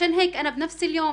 במיוחד הלא מוכרים,